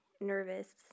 nervous